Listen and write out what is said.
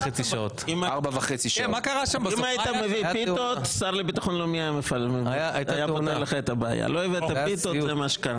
ואז רנטה אמרה לי: תבוא לדקה להצביע בוועדת הכנסת.